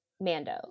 Mando